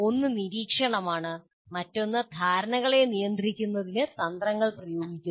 ഒന്ന് നിരീക്ഷണമാണ് മറ്റൊന്ന് ധാരണകളെ നിയന്ത്രിക്കുന്നതിന് തന്ത്രങ്ങൾ ഉപയോഗിക്കുന്നു